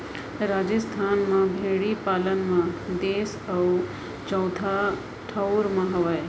राजिस्थान ह भेड़ी पालन म देस म चउथा ठउर म हावय